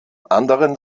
anderen